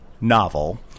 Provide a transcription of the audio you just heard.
novel